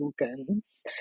organs